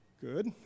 Good